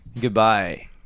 Goodbye